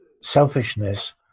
selfishness